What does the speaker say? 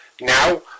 Now